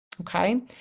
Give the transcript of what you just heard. Okay